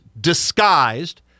disguised